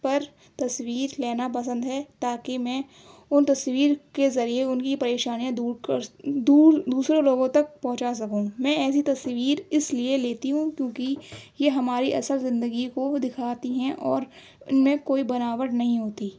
پر تصویر لینا پسند ہے تاکہ میں ان تصویر کے ذریعے ان کی پریشانیاں دور کر دور دوسرے لوگوں تک پہنچا سکوں میں ایسی تصویر اس لیے لیتی ہوں کیوں کہ یہ ہماری اصل زندگی کو دکھاتی ہیں اور ان میں کوئی بناوٹ نہیں ہوتی